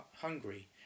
hungry